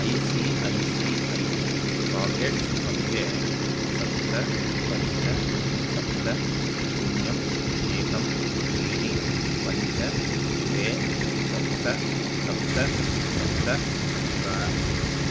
I C I C I packets मध्ये सप्त पञ्च सप्त शून्यं एकम् त्रीणि पञ्च द्वे सप्त सप्त सप्त अस्ति वा